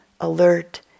alert